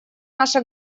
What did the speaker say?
наша